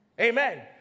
Amen